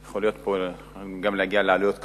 יכול להיות שגם נגיע לעלויות כלכליות,